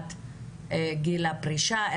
לקראת גיל הפרישה,